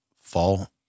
fall